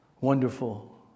wonderful